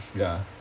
ya